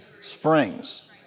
springs